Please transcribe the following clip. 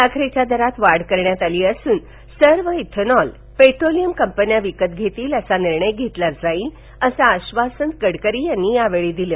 साखरेच्या दरात वाढ करण्यात याली असून सर्व इथेनॉल पेट्रोलियम कंपन्या विकत घेतील असा निर्णय घेतला जाईल वसं आश्वासन गडकरी यांनी या बेळी दिलं